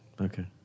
Okay